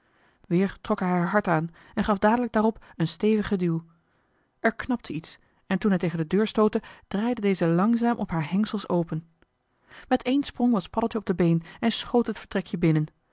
trok hij er hard aan en gaf dadelijk daarop een stevigen duw er knapte iets en toen hij tegen de deur stootte draaide deze langzaam op haar hengsels open met één sprong was paddeltje op de been en schoot het vertrekje binnen